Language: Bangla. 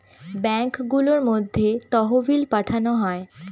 ব্যাঙ্কগুলোর মধ্যে তহবিল পাঠানো হয়